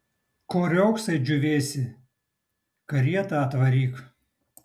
ko riogsai džiūvėsi karietą atvaryk